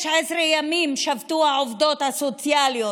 16 ימים שבתו העובדות הסוציאליות.